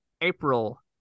April